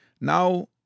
Now